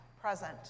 present